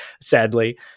sadly